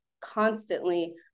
constantly